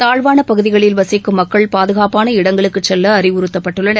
தாழ்வான பகுதிகளில் வசிக்கும் மக்கள் பாதுகாப்பான இடங்களுக்கு செல்ல அறிவுறுத்தப்பட்டுள்ளனர்